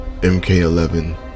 MK11